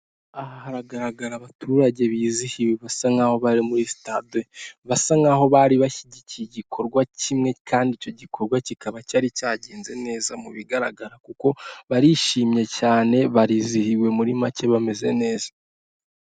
Aha haragaragara abaturage bizihiwe basa nkaho bari muri sitade basa nk'aho bari bashyigikiye igikorwa kimwe kandi icyo gikorwa kikaba cyari cyagenze neza mu bigaragara kuko barishimye cyane barizihiwe muri make bameze neza.